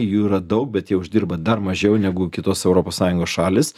jų yra daug bet jie uždirba dar mažiau negu kitos europos sąjungos šalys